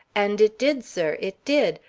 and it did, sir it did.